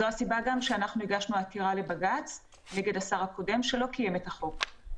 זאת גם הסיבה שאנחנו הגשנו עתירה לבג"ץ נגד השר הקודם שלא קיים את החוק.